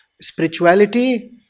spirituality